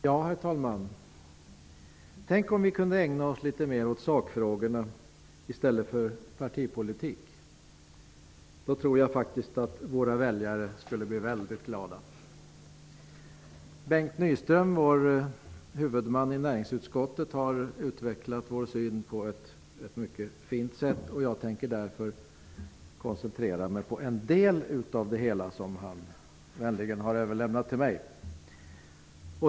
Herr talman! Tänk om vi kunde ägna oss mer åt sakfrågorna än åt partipolitik! Då tror jag faktiskt att våra väljare skulle bli väldigt glada. Bengt Dalström, som är Ny demokratis huvudman i näringsutskottet, har utvecklat vår syn på ett mycket fint sätt. Jag tänker därför koncentrera mig på en del av det hela, som han har överlåtit till mig.